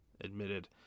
Admitted